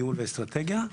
ניהול ואסטרטגיה.